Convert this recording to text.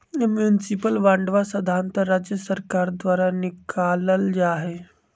municipal बांडवा साधारणतः राज्य सर्कार द्वारा निकाल्ल जाहई